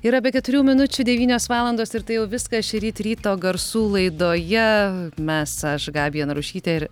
yra be keturių minučių devynios valandos ir tai jau viskas šįryt ryto garsų laidoje mes aš gabija narušytė ir